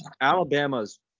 Alabama's